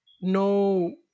no